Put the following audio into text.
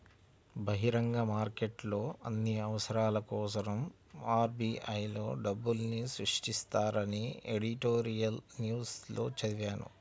బహిరంగ మార్కెట్లో అన్ని అవసరాల కోసరం ఆర్.బి.ఐ లో డబ్బుల్ని సృష్టిస్తారని ఎడిటోరియల్ న్యూస్ లో చదివాను